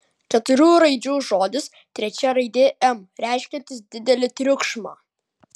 keturių raidžių žodis trečia raidė m reiškiantis didelį triukšmą